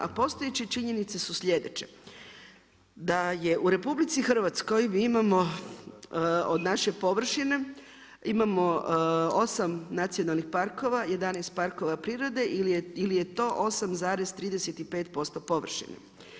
A postojeće činjenice su sljedeće, da je u RH imamo od naše površine imamo 8 nacionalnih parkova, 11 parkova prirode ili je to 8,35% površine.